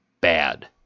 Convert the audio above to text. bad